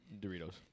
Doritos